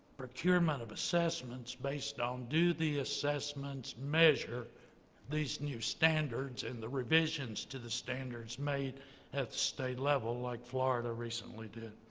procurement of assessments based on do the assessments measure these new standards and the revisions to the standards made at the state level, like florida recently did.